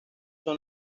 son